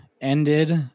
ended